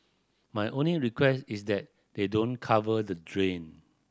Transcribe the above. my only request is that they don't cover the drain